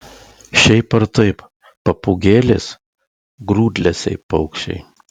šiaip ar taip papūgėlės grūdlesiai paukščiai